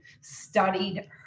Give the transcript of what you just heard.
studied